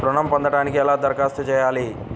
ఋణం పొందటానికి ఎలా దరఖాస్తు చేయాలి?